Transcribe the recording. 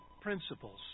principles